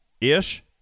Ish